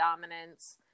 dominance